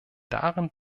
darin